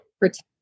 protect